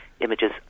images